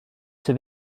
sydd